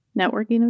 Networking